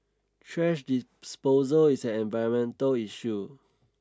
trash disposal is environmental issue